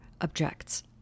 objects